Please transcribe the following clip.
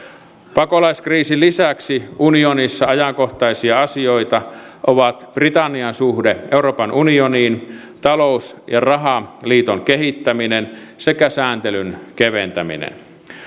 pakolaiskriisin lisäksi unionissa ajankohtaisia asioita ovat britannian suhde euroopan unioniin talous ja rahaliiton kehittäminen sekä sääntelyn keventäminen